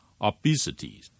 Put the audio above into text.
obesity